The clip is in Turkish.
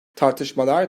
tartışmalar